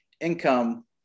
income